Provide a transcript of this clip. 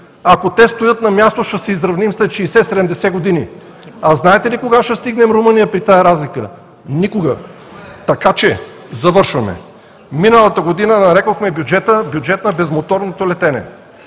Ако те стоят на място, ще се изравним след 60 – 70 години. Знаете ли кога ще стигнем Румъния при тази разлика? Никога. (Реплики.) Миналата година нарекохме бюджета „бюджет на безмоторното летене“,